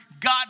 God